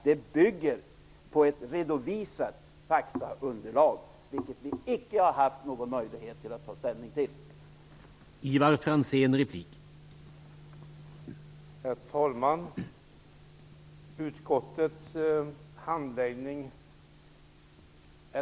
De bygger på ett redovisat faktaunderlag, vilket vi icke har haft någon möjlighet att bygga vårt ställningstagande på.